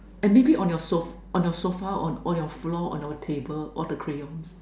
and maybe on your sofa on your sofa or on your floor on your table all the crayons